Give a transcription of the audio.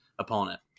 opponent